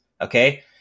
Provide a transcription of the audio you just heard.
Okay